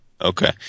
okay